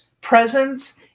presence